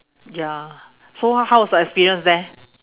ya so how was the experience there